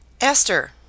Esther